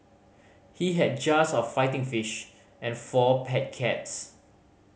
he had jars of fighting fish and four pet cats